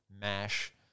MASH